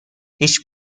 هیچ